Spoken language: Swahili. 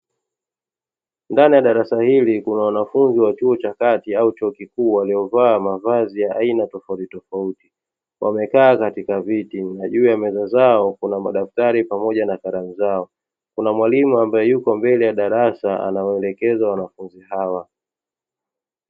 Ndani ya darasa hili kuna wanafunzi wa chuo cha kati au chuo kikuu waliovaa mavazi ya aina tofauti tofauti, wamekaa katika viti na juu ya meza zao kuna madaftari pamoja na kalamu zao kuna mwalimu ambae yuko mbele ya darasa anawaelekeza wanafunzi hawa.